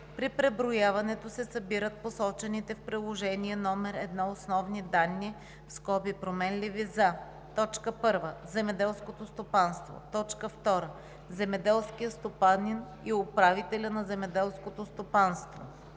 При преброяването се събират посочените по Приложение № 1 основни данни (променливи) за: 1. земеделското стопанството; 2. земеделския стопанин и управителя на земеделското стопанство;